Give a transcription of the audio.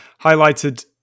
highlighted